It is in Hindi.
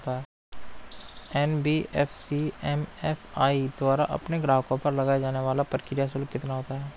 एन.बी.एफ.सी एम.एफ.आई द्वारा अपने ग्राहकों पर लगाए जाने वाला प्रक्रिया शुल्क कितना होता है?